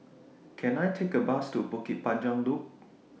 Can I Take A Bus to Bukit Panjang Loop